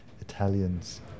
Italians